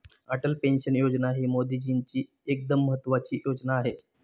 Atal pension योजना ही मोदीजींची एकदम महत्त्वाची योजना आहे